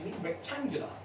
rectangular